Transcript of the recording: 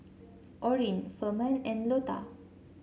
Orin Firman and Lota